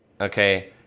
Okay